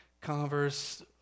Converse